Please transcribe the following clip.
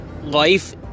life